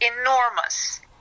enormous